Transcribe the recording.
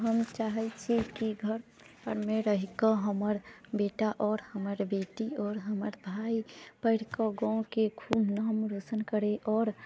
हम चाहै छी की घरमे रहिकऽ हमर बेटा आओर हमर बेटी आओर हमर भाय पढ़िकऽ गाँवके खूब नाम रौशन करै आओर